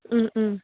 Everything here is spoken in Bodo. उम उम